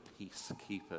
peacekeepers